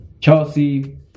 chelsea